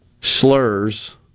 slurs